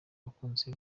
bakunzi